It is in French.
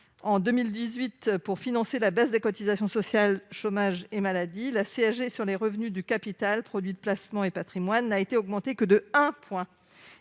en 2018 pour financer la baisse de cotisations sociales chômage et maladie, le taux applicable aux revenus du capital- produits de placement et patrimoine -n'a augmenté que de 1 point.